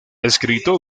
escrito